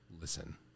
listen